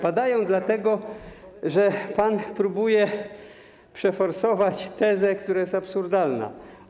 Padają dlatego, że pan próbuje przeforsować tezę, która jest absurdalna.